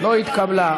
לא התקבלה.